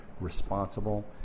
responsible